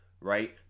right